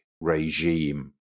regime